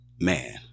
man